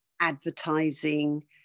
advertising